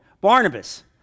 Barnabas